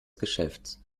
geschäfts